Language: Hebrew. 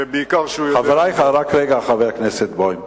בעיקר שהוא, חברי, רק רגע, חבר הכנסת בוים,